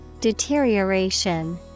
Deterioration